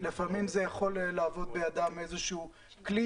לפעמים זה יכול להוות בידם איזשהו כלי